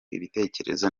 ibitekerezo